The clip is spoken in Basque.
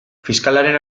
fiskalaren